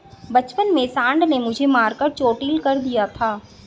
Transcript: बचपन में सांड ने मुझे मारकर चोटील कर दिया था